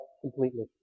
completely